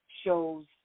shows